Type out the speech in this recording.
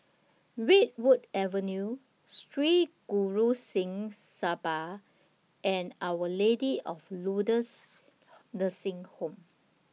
Redwood Avenue Sri Guru Singh Sabha and Our Lady of Lourdes Nursing Home